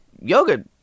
yoga